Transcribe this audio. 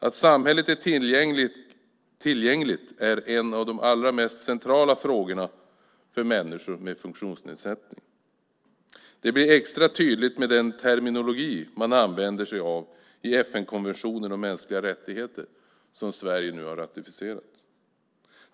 Att samhället är tillgängligt är en av de allra mest centrala frågorna för människor med funktionsnedsättning. Det blir extra tydligt med den terminologi man använder sig av i FN-konventionen om mänskliga rättigheter, som Sverige nu har ratificerat.